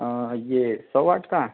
हाँ ये सौ वाट का